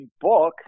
book